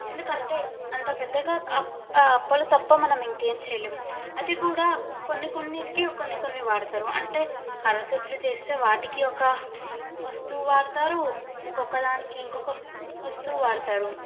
ఎందుకంటే అంత పెద్దగా అప్ అప్పలు తప్ప మనము ఇంక ఏమి చేయలేము అది కూడా కొన్ని కొన్నింటికి కొన్ని కొన్ని వాడతారు అంటే కారచుట్లు చేస్తే వాటికి ఒక వస్తువు వాడుతారు ఇంకొక దానికి ఇంకొక వస్తువు వాడతారు